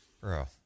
bro